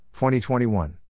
2021